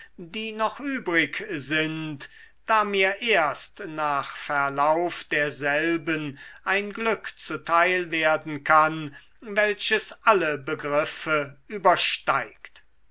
die noch übrig sind da mir erst nach verlauf derselben ein glück zuteil werden kann welches alle begriffe übersteigt